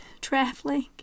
traveling